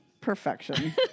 perfection